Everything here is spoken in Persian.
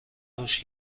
رشد